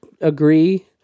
agree